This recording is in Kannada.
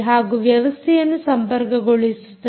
ಹಾಗೂ ವ್ಯವಸ್ಥೆಯನ್ನು ಸಂಪರ್ಕಗೊಳಿಸುತ್ತದೆ